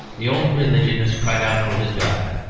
the old religionist cried out for his god.